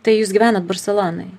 tai jūs gyvenat barselonoj